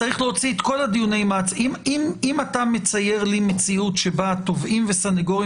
אם אתה מצייר לי מציאות שבה תובעים וסנגורים